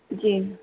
जी